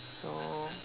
so